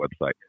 website